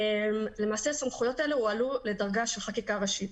למעשה הסמכויות האלה הועלו לדרגה של חקיקה ראשית.